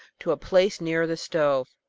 to a place nearer the stove.